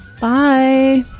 Bye